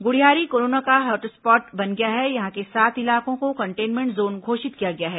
Gudhiyari corona का hotspot बन गया है यहां के सात इलाकों को कंटेनमेंट जोन घोषित किया गया है